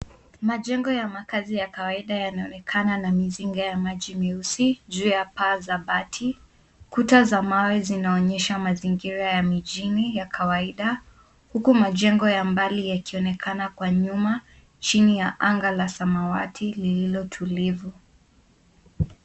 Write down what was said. Majengo ya makazi ya kawaida yanaonekana na mizinga ya maji mieusi juu ya paa za bati. Kuta za mawe zinaonyesha mazingira ya mijini ya kawaida uku majengo ya mbali yakionekana kwa nyuma chini ya anga la samawati lililo tulivu.